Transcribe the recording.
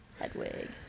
Hedwig